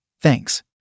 Thanks